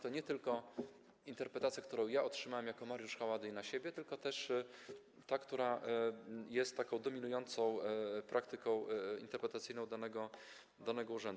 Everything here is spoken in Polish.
To nie tylko interpretacja, którą ja otrzymałem jako Mariusz Haładyj na siebie, ale też ta, która jest dominującą praktyką interpretacyjną danego urzędu.